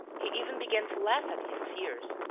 he even began to laugh at his fears,